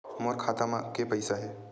मोर खाता म के पईसा हे?